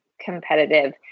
competitive